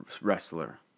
wrestler